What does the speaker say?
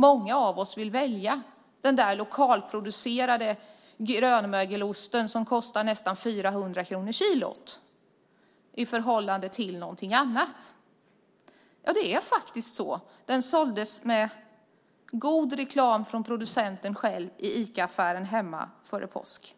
Många av oss vill välja den där lokalproducerade grönmögelosten som kostar nästan 400 kronor kilot i stället för något annat. Det är faktiskt så. Den såldes med god reklam från producenten själv i Icaaffären hemma före påsk.